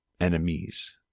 enemies